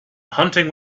hunting